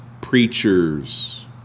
preachers